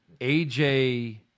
AJ